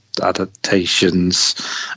adaptations